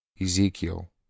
Ezekiel